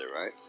right